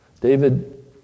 David